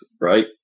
right